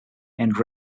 and